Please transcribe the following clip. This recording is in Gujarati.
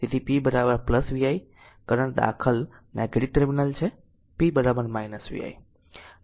તેથી p vi કરંટ દાખલ નેગેટીવ ટર્મિનલ છે p vi